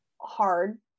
hard